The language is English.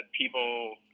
people